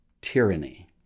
tyranny